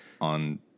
on